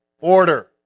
order